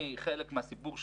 72% מכלל נכי צה"ל שהיו בסקר,